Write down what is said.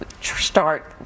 start